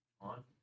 on